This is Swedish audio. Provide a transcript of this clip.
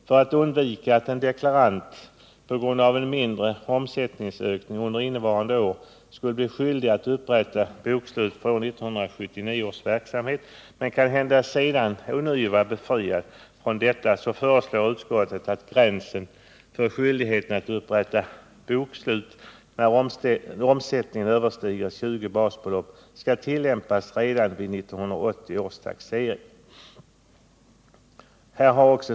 För att undvika att en deklarant på grund av en mindre omsättningsökning under innevarande år skulle bli skyldig att upprätta bokslut för 1979 års verksamhet men kanhända sedan ånyo vara befriad från detta, så föreslår utskottet att gränsen för skyldigheten Torsdagen den att upprätta bokslut när omsättningen överstiger 20 basbelopp skall tillämpas redan vid 1980 års taxering.